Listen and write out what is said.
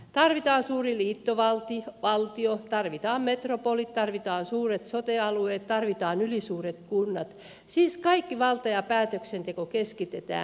tarvitaan suuri liittovaltio tarvitaan metropolit tarvitaan suuret sote alueet tarvitaan ylisuuret kunnat siis kaikki valta ja päätöksenteko keskitetään